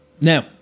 Now